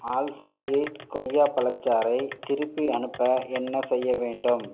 alpha eight கொய்யாப் பழச்சாறை திருப்பி அனுப்ப என்ன செய்ய வேண்டும்